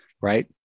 Right